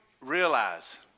realize